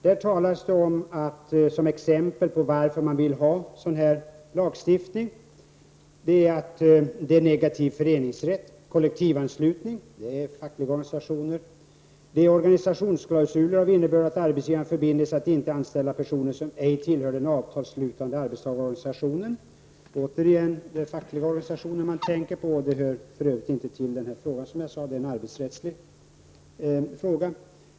Där nämns som exempel på varför man vill ha lagstiftning mot negativ föreningsrätt, kollektivanslutning — alltså fackliga organisationer — och organisationsklausuler ”av innebörd att arbetsgivaren förbinder sig att icke anställa personer som ej tillhör den avtalsslutande arbetstagarorganisationen”. Det är återigen de fackliga organisationerna man tänker på. Det hör för övrigt inte till den här frågan, som jag sade, utan det är en arbetsrättslig fråga.